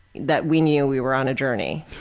that we knew we were on a journey.